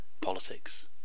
politics